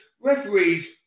referees